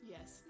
Yes